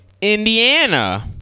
Indiana